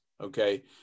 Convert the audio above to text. okay